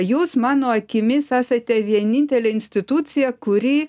jūs mano akimis esate vienintelė institucija kuri